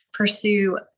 pursue